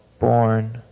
born.